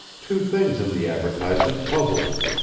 two things in the advertisement puzzled him.